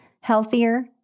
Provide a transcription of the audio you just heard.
healthier